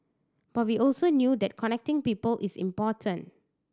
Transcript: but we also knew that connecting people is important